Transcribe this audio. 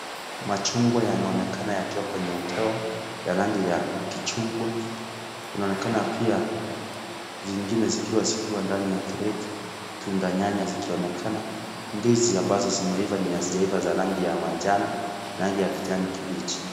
Machungwa yanaonekana yakiwa kwenye ndoo ya rangi ya kichungwa. Kunaonekana pia zingine zikiwa zikiwa ndani ya kreti, tunda nyanya zikionekana, ndizi ambazo zimeiva na zenye zijaiva za rangi ya manjano rangi ya kijani kibichi.